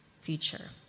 future